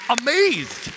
amazed